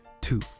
two